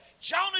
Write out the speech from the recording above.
Jonah